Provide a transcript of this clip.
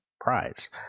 prize